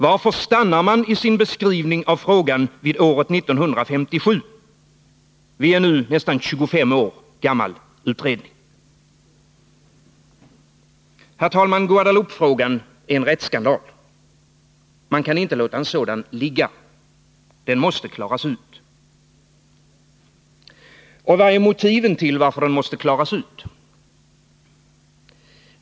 Varför stannar man i sin beskrivning av frågan vid året 1957, vid en nu nästan 25 år gammal utredning? Herr talman! Guadeloupefrågan är en rättsskandal. Man kan inte låta en sådan ligga. Den måste klaras ut. Vilka är motiven till varför den måste klaras ut?